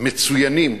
מצוינים